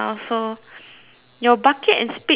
your bucket and spade is red colour